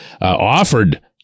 offered